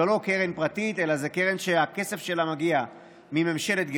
זו לא קרן פרטית אלא קרן שהכסף שלה מגיע מממשלת גרמניה,